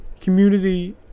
community